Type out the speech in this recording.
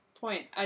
point